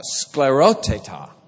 scleroteta